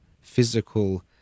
physical